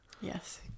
Yes